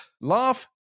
Laugh